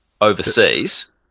Overseas